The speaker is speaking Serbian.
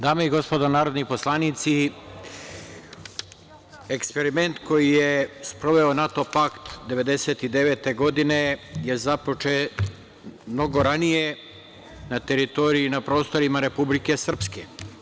Dame i gospodo narodni poslanici, eksperiment koji je sproveo NATO pakt, 1999. godine je započet mnogo ranije na teritoriji i na prostorima Republike Srpske.